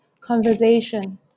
conversation